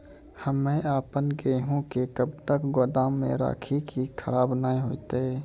हम्मे आपन गेहूँ के कब तक गोदाम मे राखी कि खराब न हते?